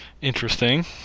Interesting